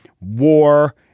war